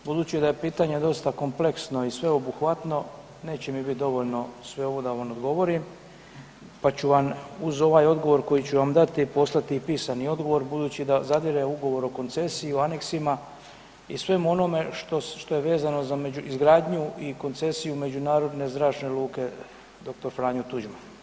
Budući da je pitanje dosta kompleksno i sveobuhvatno neće mi biti dovoljno sve ovo da vam odgovorim, pa ću vam uz ovaj odgovor koji ću vam dati poslati i pisani odgovor budući da zadire u ugovor o koncesiji, aneksima i svemu onome što je vezano za izgradnju i koncesiju Međunarodne zračne luke Dr. Franjo Tuđman.